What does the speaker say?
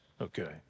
okay